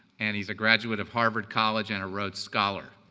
and he's a graduate of harvard college and a rhodes scholar.